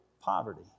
poverty